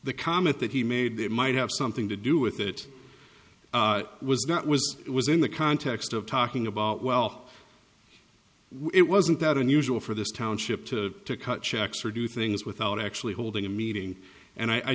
the comment that he made there might have something to do with it was not was it was in the context of talking about well it wasn't that unusual for this township to cut checks or do things without actually holding a meeting and i